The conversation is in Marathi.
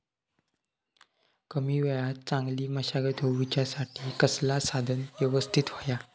कमी वेळात चांगली मशागत होऊच्यासाठी कसला साधन यवस्तित होया?